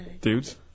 Dudes